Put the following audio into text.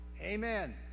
Amen